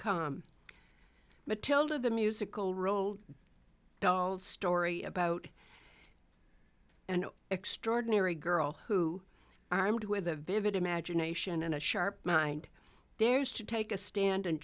stage matilda the musical roald dahl's story about an extraordinary girl who armed with a vivid imagination and a sharp mind dares to take a stand and